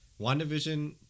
WandaVision